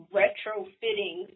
retrofitting